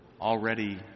already